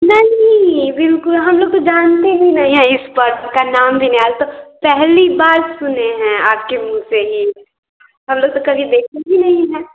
नहीं बिल्कुल हम लोग तो जानते भी नहीं हैं इस पर्व का नाम भी नहीं आज तक पहली बार सुने हैं आपके मूँह से ही हम लोग तो कभी देखे भी नहीं हैं